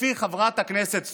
לפי חברת הכנסת סטרוק,